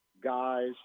guys